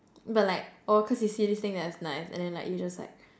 but like oh cause you see this thing that's nice and then like you just like